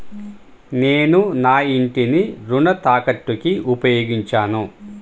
నేను నా ఇంటిని రుణ తాకట్టుకి ఉపయోగించాను